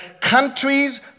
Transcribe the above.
countries